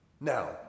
Now